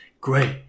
great